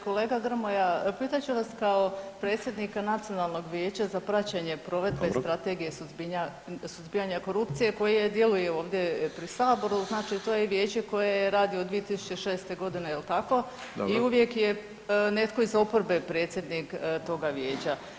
Kolega Grmoja pitat ću vas kao predsjednika Nacionalnog vijeća za praćenje provedbe strategije suzbijanja korupcije koje djeluju ovdje pri saboru, znači to je vijeće koje radi od 2006. godine, jel tako [[Upadica: Dobro.]] i uvijek je netko iz oporbe predsjednik toga vijeća.